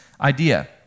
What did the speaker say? idea